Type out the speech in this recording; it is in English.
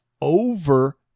over